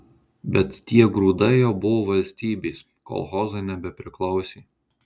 bet tie grūdai jau buvo valstybės kolchozui nebepriklausė